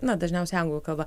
na dažniausiai anglų kalba